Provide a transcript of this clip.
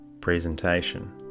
Presentation